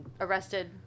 arrested